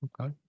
Okay